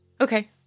Okay